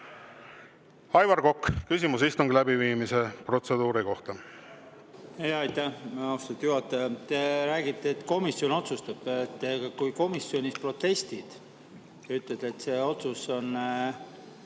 Aivar Kokk, küsimus istungi läbiviimise protseduuri kohta.